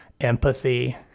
empathy